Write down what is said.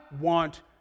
want